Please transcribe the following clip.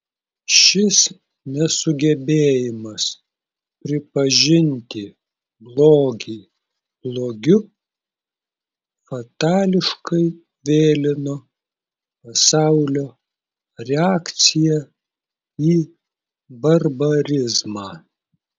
šis nesugebėjimas pripažinti blogį blogiu fatališkai vėlino pasaulio reakciją į barbarizmą